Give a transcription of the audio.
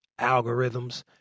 algorithms